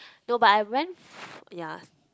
no but I went ya